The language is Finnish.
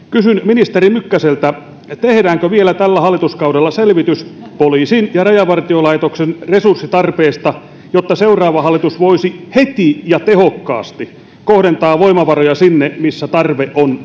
kysyn ministeri mykkäseltä tehdäänkö vielä tällä hallituskaudella selvitys poliisin ja rajavartiolaitoksen resurssitarpeesta jotta seuraava hallitus voisi heti ja tehokkaasti kohdentaa voimavaroja sinne missä tarve on